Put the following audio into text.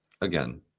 again